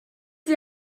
sie